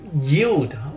yield